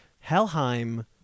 Helheim